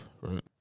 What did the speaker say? right